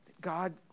God